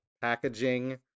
packaging